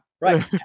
right